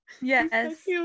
Yes